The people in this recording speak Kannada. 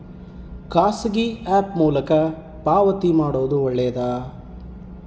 ಖಾಸಗಿ ಆ್ಯಪ್ ಮೂಲಕ ಪಾವತಿ ಮಾಡೋದು ಒಳ್ಳೆದಾ?